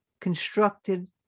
constructed